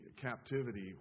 captivity